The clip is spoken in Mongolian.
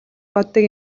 боддог